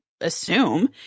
assume